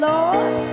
Lord